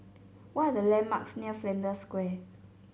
what are the landmarks near Flanders Square